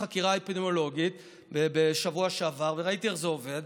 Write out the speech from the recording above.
חקירה אפידמיולוגית וראיתי איך זה עובד.